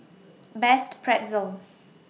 Best Pretzel